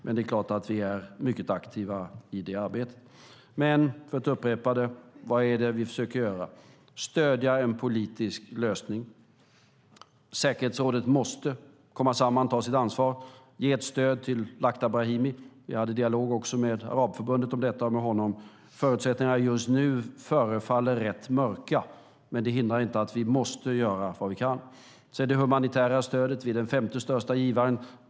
Men det är klart att vi är mycket aktiva i arbetet. För att upprepa: Vad är det vi försöker göra? Vi försöker stödja en politisk lösning. Säkerhetsrådet måste komma samman, ta sitt ansvar och ge ett stöd till Lakhdar Brahimi. Vi hade en dialog också med Arabförbundet och med honom om detta. Förutsättningarna just nu förefaller rätt mörka, men det hindrar inte att vi måste göra vad vi kan. När det gäller det humanitära stödet är Sverige den femte största givaren.